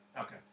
Okay